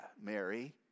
Mary